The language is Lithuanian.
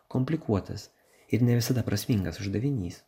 komplikuotas ir ne visada prasmingas uždavinys